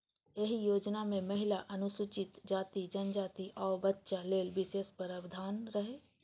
एहि योजना मे महिला, अनुसूचित जाति, जनजाति, आ बच्चा लेल विशेष प्रावधान रहै